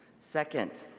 second,